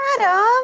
Adam